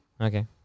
Okay